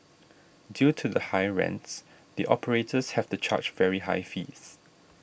due to the high rents the operators have to charge very high fees